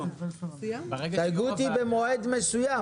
הסתייגות היא במועד מסוים.